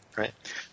Right